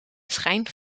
schijn